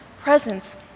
presence